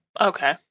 okay